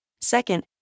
Second